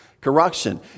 corruption